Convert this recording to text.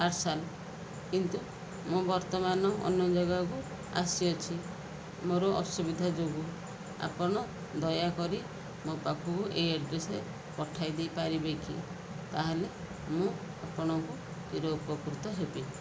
parcel କିନ୍ତୁ ମୁଁ ବର୍ତ୍ତମାନ ଅନ୍ୟ ଜାଗାକୁ ଆସିଅଛି ମୋର ଅସୁବିଧା ଯୋଗୁ ଆପଣ ଦୟାକରି ମୋ ପାଖକୁ ଏଇ ଆଡ଼୍ରେସରେ ପଠାଇ ଦେଇପାରିବେ କି ତା'ହେଲେ ମୁଁ ଆପଣଙ୍କୁ ଚିର ଉପକୃତ ହେବି